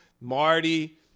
Marty